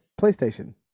PlayStation